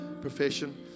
profession